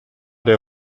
der